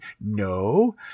no